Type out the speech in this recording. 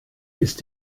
ist